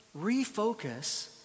refocus